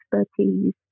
expertise